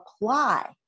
apply